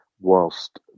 whilst